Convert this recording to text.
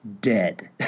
dead